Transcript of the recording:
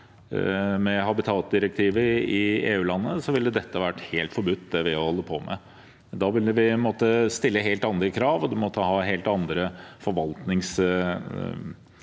Med habitatdirektivet i EU-landene ville dette vært helt forbudt, det vi holder på med. Da ville vi måtte stille helt andre krav, og vi måtte ha helt andre forvaltningsregimer